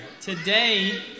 Today